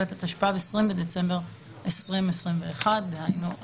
התשפ"ב (20 בדצמבר 2021). דהיינו,